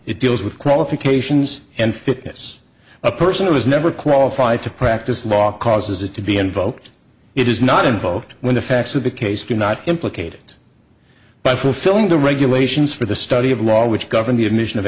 it deals with qualifications and fitness a person who was never qualified to practice law causes it to be invoked it is not involved when the facts of the case do not implicate by fulfilling the regulations for the study of law which govern the admission of